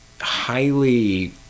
highly